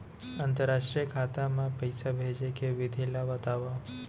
अंतरराष्ट्रीय खाता मा पइसा भेजे के विधि ला बतावव?